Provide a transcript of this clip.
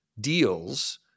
deals